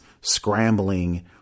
scrambling